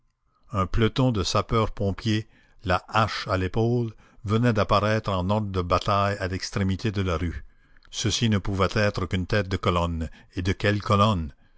un peloton de sapeurs-pompiers la hache à l'épaule venait d'apparaître en ordre de bataille à l'extrémité de la rue ceci ne pouvait être qu'une tête de colonne et de quelle colonne